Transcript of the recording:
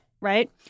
right